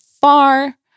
far